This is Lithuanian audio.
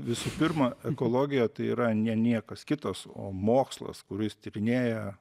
visų pirma ekologija tai yra ne niekas kitas o mokslas kuris tyrinėja